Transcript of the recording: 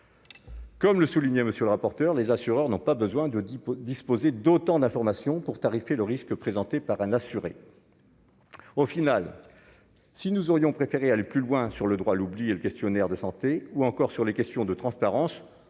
Comme le soulignait monsieur le rapporteur, les assureurs n'ont pas besoin de 10 pour disposer d'autant d'informations pour tarifer le risque présenté par un assuré au final si nous aurions préféré aller plus loin sur le droit à l'oubli et le questionnaire de santé ou encore sur les questions de transparence,